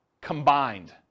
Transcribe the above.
combined